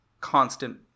constant